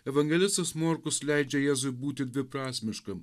evangelistas morkus leidžia jėzui būti dviprasmiškam